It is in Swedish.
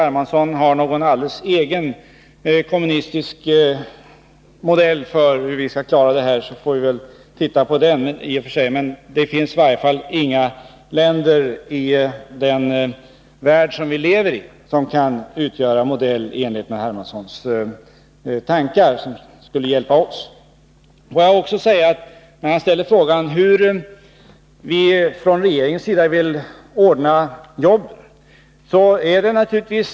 Hermansson någon alldeles egen kommunistisk modell för hur vi skall klara problemen, får vi väl se på den. Det finns emellertid inga länder i den värld som vi lever i som kan utgöra en sådan modell och som skulle kunna hjälpa oss. C.-H. Hermansson frågade hur regeringen vill ordna arbeten.